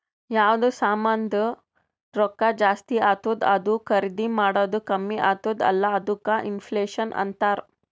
ಯಾವ್ದು ಸಾಮಾಂದ್ ರೊಕ್ಕಾ ಜಾಸ್ತಿ ಆತ್ತುದ್ ಅದೂ ಖರ್ದಿ ಮಾಡದ್ದು ಕಮ್ಮಿ ಆತ್ತುದ್ ಅಲ್ಲಾ ಅದ್ದುಕ ಇನ್ಫ್ಲೇಷನ್ ಅಂತಾರ್